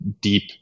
deep